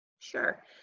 Sure